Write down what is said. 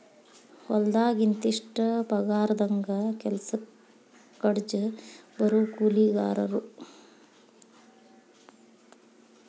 ಹೊಲದಾಗ ಇಂತಿಷ್ಟ ಪಗಾರದಂಗ ಕೆಲಸಕ್ಜ ಬರು ಕೂಲಿಕಾರರು